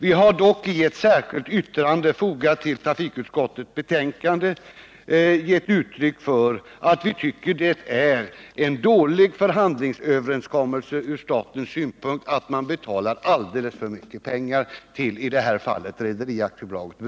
Vi har dock i ett särskilt yttrande fogat till trafikutskottets betänkande givit uttryck för att vi tycker att det är en dålig förhandlingsöverenskommelse från statens synpunkt och att staten betalar alldeles för mycket pengar till Broströms Rederi AB.